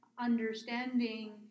understanding